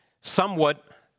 Somewhat